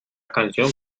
canción